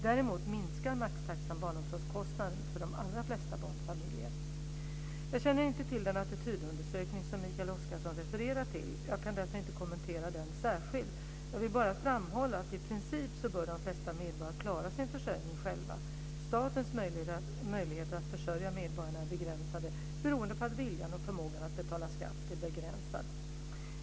Däremot minskar maxtaxan barnomsorgskostnaderna för de allra flesta barnfamiljer. Jag känner inte till den attitydundersökning som Mikael Oscarsson refererar till. Jag kan därför inte kommentera den särskilt. Jag vill bara framhålla att i princip bör de flesta medborgare klara sin försörjning själva. Statens möjligheter att försörja medborgarna är begränsade beroende på att viljan och förmågan att betala skatt är begränsad.